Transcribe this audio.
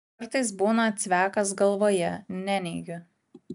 kartais būna cvekas galvoje neneigiu